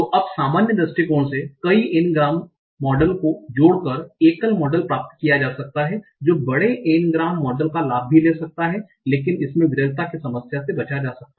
तो अब सामान्य दृष्टिकोण से कई N ग्राम मॉडल को जोड़ कर एकल मॉडल प्राप्त किया जा सकता है जो बड़े N ग्राम मॉडल का लाभ भी ले सकता है लेकिन इसमे विरलता की समस्या से बचा जा सकता